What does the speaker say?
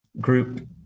group